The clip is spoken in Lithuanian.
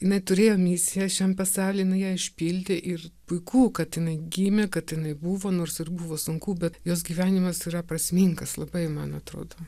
jinai turėjo misiją šiam pasauly jinai ją išpildė ir puiku kad jinai gimė kad jinai buvo nors ir buvo sunku bet jos gyvenimas yra prasmingas labai man atrodo